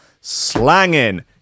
slanging